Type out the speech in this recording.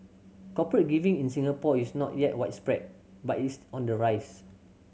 corporate giving in Singapore is not yet widespread but east on the rise